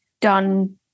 done